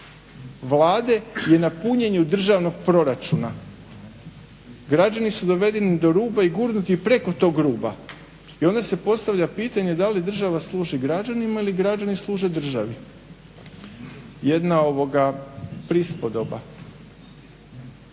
Vlade je na punjenju državnog proračuna. Građani su dovedeni do ruba i gurnuti preko tog ruba i onda se postavlja pitanje da li država služi građanima ili građani služe državi? Jedna prispodoba.